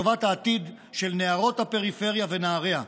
לטובת העתיד של נערות הפריפריה ונעריה.